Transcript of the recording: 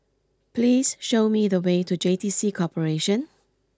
please show me the way to J T C Corporation